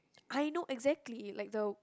I know exactly it like the